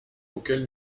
auquel